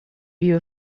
view